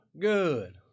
good